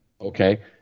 Okay